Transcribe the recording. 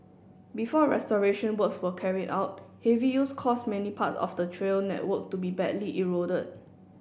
before restoration works were carried out heavy use caused many parts of the trail network to be badly eroded